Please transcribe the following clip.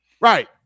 Right